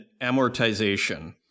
amortization